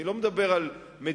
אני לא מדבר על מדינה,